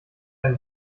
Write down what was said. dann